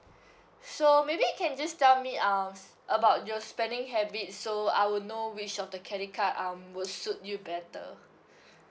so maybe you can just tell me um about your spending habit so I will know which of the credit card um would suit you better